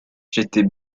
j’étais